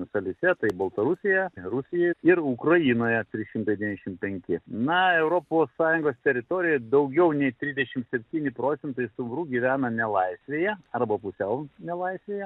šalyse tai baltarusija rusija ir ukrainoje trys šimtai devyniasdešimt penki na europos sąjungos teritorijoje daugiau nei trisdešimt septyni procentai stumbrų gyvena nelaisvėje arba pusiau nelaisvėje